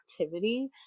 activity